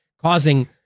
causing